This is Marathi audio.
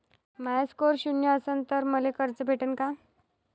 माया स्कोर शून्य असन तर मले कर्ज भेटन का?